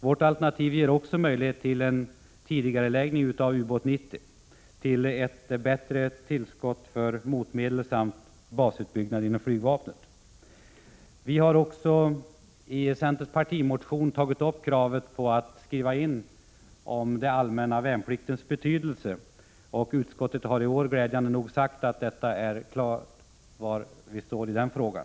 Vårt alternativ ger också möjlighet till en tidigareläggning av ubåt 90, till ett bättre tillskott för motmedel samt basutbyggnad inom flygvapnet. Vi har också i centerns partimotion tagit upp kravet på att skriva in den allmänna värnpliktens betydelse. Utskottet har i år glädjande nog sagt att det är klart var man står i den frågan.